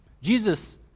Jesus